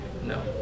No